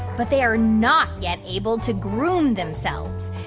but they are not yet able to groom themselves.